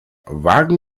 wagen